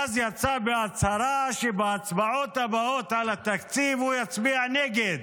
והוא יצא בהצהרה שבהצבעות הבאות על התקציב הוא יצביע נגד,